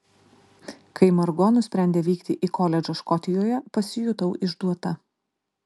kai margo nusprendė vykti į koledžą škotijoje pasijutau išduota